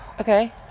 okay